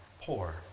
poor